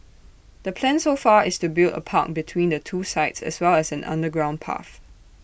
the plan so far is to build A park between the two sites as well as an underground path